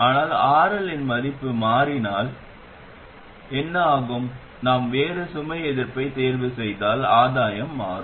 ஆனால் RL இன் மதிப்பு மாறினால் என்ன ஆகும் நாம் வேறு சுமை எதிர்ப்பை தேர்வு செய்தால் ஆதாயம் மாறும்